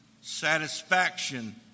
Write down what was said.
satisfaction